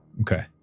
Okay